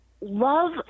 Love